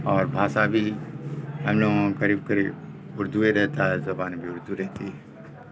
اور بھاشا بھی ہم لوگو قریب قریب اردوئے رہتا ہے زبان بھی اردو رہتی ہے